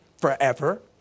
forever